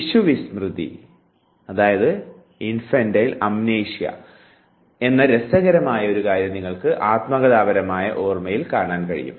ശിശു വിസ്മൃതി എന്ന രസകരമായ ഒരു കാര്യം നിങ്ങൾക്ക് ആത്മകഥാപരമായ ഓർമ്മയിൽ കാണുവാൻ കഴിയും